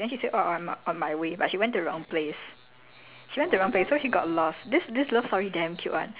so what he did is he reach on time right then he ask where is she then she said orh I'm on my way but she went to the wrong place